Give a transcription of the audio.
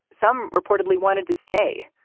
some reportedly wanted to stay.